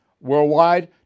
worldwide